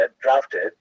drafted